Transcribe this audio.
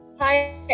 hi